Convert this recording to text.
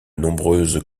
nombreuses